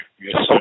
Yes